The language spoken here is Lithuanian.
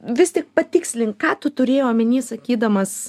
vis tik patikslink ką tu turėjai omeny sakydamas